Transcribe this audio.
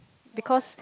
because